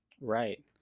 Right